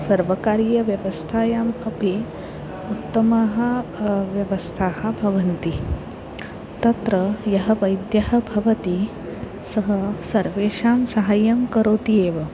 सर्वकारीयव्यवस्थायाम् अपि उत्तमाः व्यवस्थाः भवन्ति तत्र यः वैद्यः भवति सः सर्वेषां साहाय्यं करोति एव